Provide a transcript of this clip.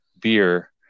beer